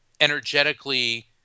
energetically